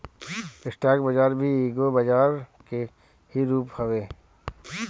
stock बाजार भी एगो बजरा के ही रूप हवे